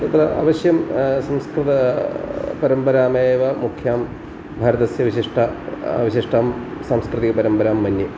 तत्र अवश्यं संस्कृत परम्परामेव मुख्यां भारतस्य विशिष्टा विशिष्टां सांस्कृतिकपरम्परां मन्ये